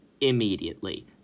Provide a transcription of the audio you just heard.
immediately